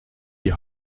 die